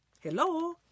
Hello